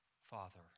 father